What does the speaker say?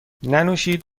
ننوشید